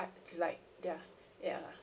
it's like their ya